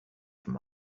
from